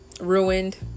ruined